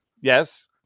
Yes